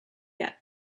yet